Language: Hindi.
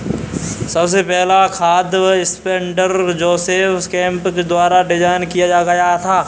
सबसे पहला खाद स्प्रेडर जोसेफ केम्प द्वारा डिजाइन किया गया था